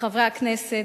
חברי הכנסת,